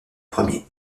premier